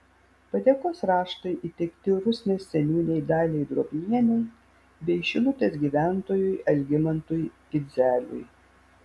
padėkos raštai įteikti rusnės seniūnei daliai drobnienei bei šilutės gyventojui algimantui idzeliui